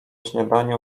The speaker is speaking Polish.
śniadaniu